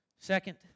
Second